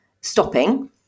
stopping